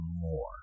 more